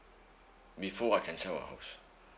before I can sell a house